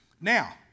Now